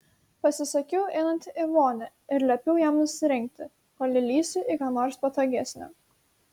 pasisakiau einanti į vonią ir liepiau jam nusirengti kol įlįsiu į ką nors patogesnio